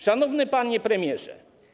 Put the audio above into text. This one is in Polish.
Szanowny Panie Premierze!